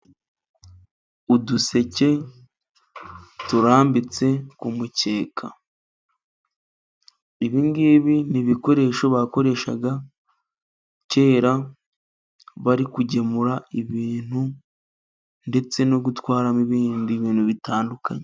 Uduseke turambitse kumukeka ,ibi ngibi n'ibikoresho bakoreshaga kera bari kugemura ibintu, ndetse no gutwaramo ibindi bintu bitandukanye.